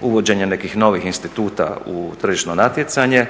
uvođenje nekih novih instituta u tržišno natjecanje,